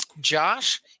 Josh